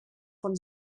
von